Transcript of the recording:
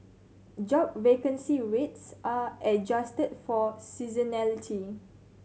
job vacancy rates are adjusted for seasonality